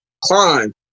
climb